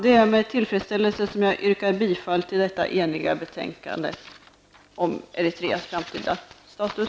Det är med tillfredsställelse som jag yrkar bifall till hemställan i detta eniga betänkande om Eritreas framtida status.